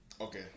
Okay